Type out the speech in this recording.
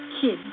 kid